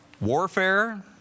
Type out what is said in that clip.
warfare